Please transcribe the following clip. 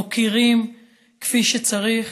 מוקירים כפי שצריך